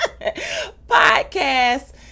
podcast